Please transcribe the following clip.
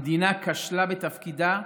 המדינה כשלה בתפקידה,